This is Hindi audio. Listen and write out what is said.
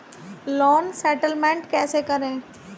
लोन सेटलमेंट कैसे करें?